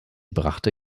brachte